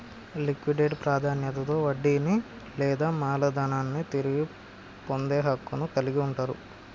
liquidate ప్రాధాన్యతలో వడ్డీని లేదా మూలధనాన్ని తిరిగి పొందే హక్కును కలిగి ఉంటరు